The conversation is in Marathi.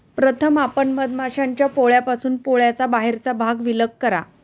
प्रथम आपण मधमाश्यांच्या पोळ्यापासून पोळ्याचा बाहेरचा भाग विलग करा